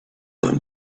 him